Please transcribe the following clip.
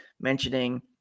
mentioning